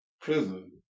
prison